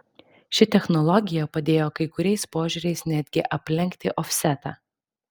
ši technologija padėjo kai kuriais požiūriais netgi aplenkti ofsetą